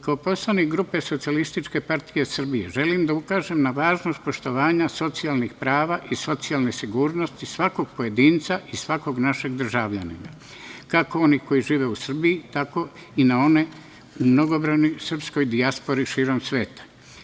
Kao poslanik SPS želim da ukažem na važnost poštovanja socijalnih prava i socijalne sigurnosti svakog pojedinca i svakog našeg državljanina, kako onih koji žive u Srbiji, tako i na one mnogobrojne u srpskoj dijaspori širom sveta.